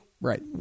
right